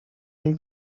del